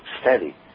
steady